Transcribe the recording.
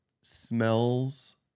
Smells